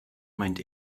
meint